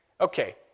Okay